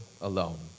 alone